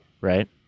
right